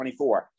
24